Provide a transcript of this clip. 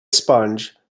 sponge